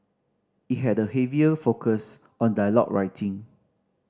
it had a heavier focus on dialogue writing